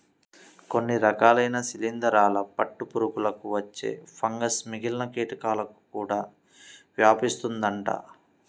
కొన్ని రకాలైన శిలీందరాల పట్టు పురుగులకు వచ్చే ఫంగస్ మిగిలిన కీటకాలకు కూడా వ్యాపిస్తుందంట